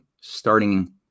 starting